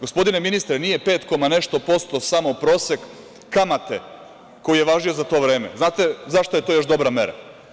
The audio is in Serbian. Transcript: Gospodine ministre, nije 5 koma nešto posto samo prosek kamate koji je važio za to vreme, znate za šta je to još dobra mera?